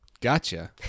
Gotcha